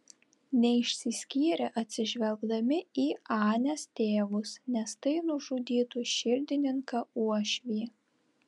neišsiskyrė atsižvelgdami į anės tėvus nes tai nužudytų širdininką uošvį